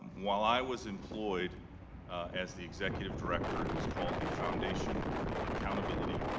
um while i was employed as the executive director it was called the foundation for accountability.